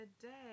today